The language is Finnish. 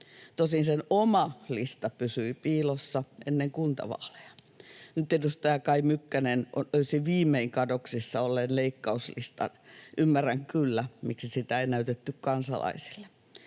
Tosin sen oma lista pysyi piilossa ennen kuntavaaleja. Nyt edustaja Kai Mykkänen löysi viimein kadoksissa olleen leikkauslistan. Ymmärrän kyllä, miksi sitä ei näytetty kansalaisille.